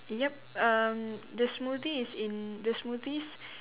yup um the smoothie is in the smoothies